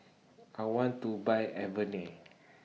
I want to Buy Avene